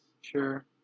Sure